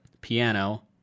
piano